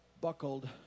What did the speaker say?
buckled